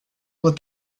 what